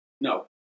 No